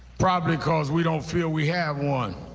probably cause we don't feel we have one.